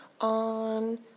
on